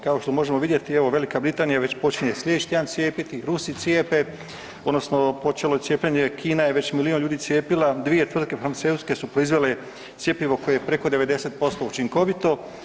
Kao što možemo vidjeti evo, Velika Britanija već počinje sljedeći tjedan cijepiti, Rusi cijepe, odnosno počelo je cijepljenje, Kina je već milijun ljudi cijepila, 2 tvrtke farmaceutske su proizvele cjepivo koje je preko 90% učinkovito.